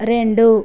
రెండు